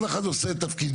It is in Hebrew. כל אחד עושה את תפקידו,